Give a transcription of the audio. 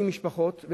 מצות,